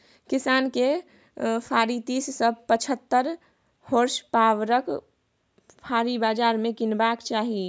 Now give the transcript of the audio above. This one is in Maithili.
किसान केँ फारी तीस सँ पचहत्तर होर्सपाबरक फाड़ी बजार सँ कीनबाक चाही